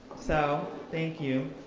so, thank you.